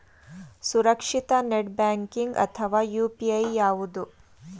ಸುರಕ್ಷಿತ net banking ಅಥವಾ UPI ಯಾವುದು?